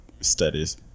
studies